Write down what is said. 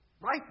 Right